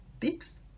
tips